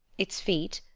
its feet,